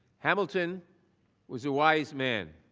hamilton was a wise man.